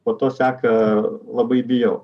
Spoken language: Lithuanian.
po to seka labai bijau